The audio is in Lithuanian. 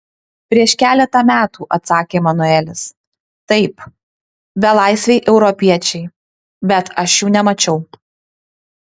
prieš keletą metų atsakė manuelis taip belaisviai europiečiai bet aš jų nemačiau